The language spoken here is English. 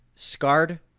Scarred